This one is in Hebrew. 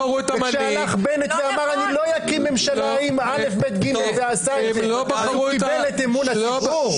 כשהלכו מיליון ומאתיים אלף איש ושמו פתק: בנימין נתניהו לראשות הממשלה,